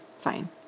Fine